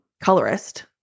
colorist